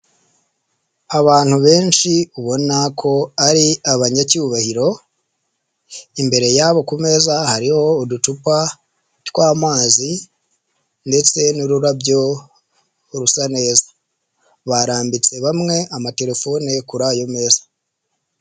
Abantu benshi ubona ko ari abanyacyubahiro imbere yabo ku meza hariho uducupa tw'amazi ndetse n'ururabyo rusa, barambitse bamwe amatelefone kuri ayo meza.